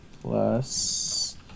plus